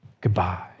goodbye